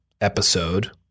episode